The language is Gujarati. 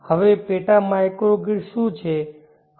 હવે પેટા માઇક્રોગ્રાઇડ શું છે